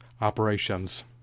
operations